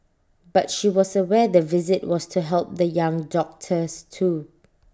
but she was aware the visit was to help the young doctors too